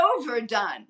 overdone